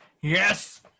yes